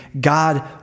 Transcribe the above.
God